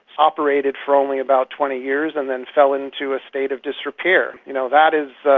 operated for only about twenty years and then fell into a state of disrepair. you know that is,